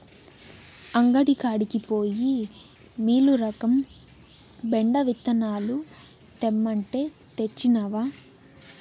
అంగడి కాడికి పోయి మీలురకం బెండ విత్తనాలు తెమ్మంటే, తెచ్చినవా